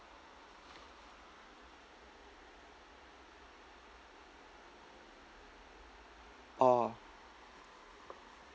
oh